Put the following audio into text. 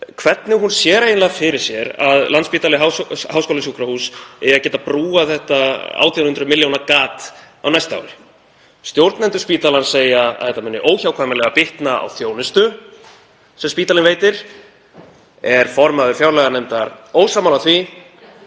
hvernig hún sér eiginlega fyrir sér að Landspítali – háskólasjúkrahús eigi að geta brúað þetta 1.800 milljóna gat á næsta ári. Stjórnendur spítalans segja að þetta muni óhjákvæmilega bitna á þjónustu sem spítalinn veitir. Er formaður fjárlaganefndar ósammála því?